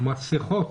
מסכות.